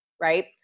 right